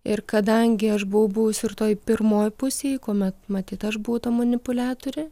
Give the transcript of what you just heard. ir kadangi aš buvau buvus ir toj pirmoj pusėj kuomet matyt aš buvau ta manipuliatorė